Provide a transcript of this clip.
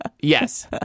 Yes